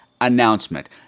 announcement